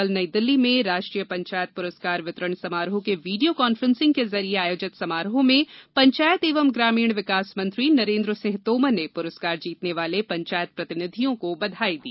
कल नई दिल्ली में राष्ट्रीय पंचायत पुरस्कार वितरण समारोह के वीडियो कांफ्रेंस के जरिए आयोजित समारोह में पंचायत एवं ग्रामीण विकास मंत्री नरेन्द्र सिंह तोमर ने पुरस्कार जीतने वाले पंचायत प्रतिनिधियों को बघाई दी